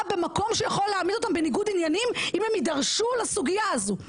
במקום שהוא יכול להעמיד אותם בניגוד עניינים אם הם יידרשו לסוגיה הזאת.